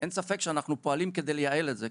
אין ספק שאנחנו פועלים כדי לייעל את זה,